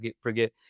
forget